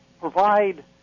provide